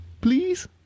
Please